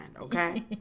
okay